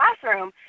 classroom